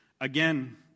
Again